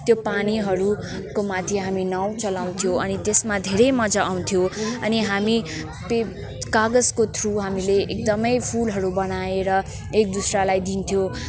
त्यो पानीहरूको माथि हामी नाउ चलाउँथ्यो अनि त्यसमा धेरै मज्जा आउँथ्यो अनि हामी पे कागजको थ्रु हामीले एकदमै फुलहरू बनाएर एक दुस्रालाई दिन्थ्यो